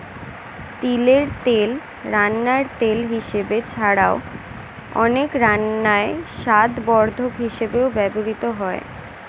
তিলের তেল রান্নার তেল হিসাবে ছাড়াও, অনেক রান্নায় স্বাদবর্ধক হিসাবেও ব্যবহৃত হয়